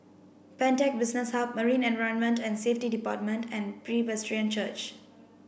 Pantech Business Hub Marine Environment and Safety Department and Presbyterian Church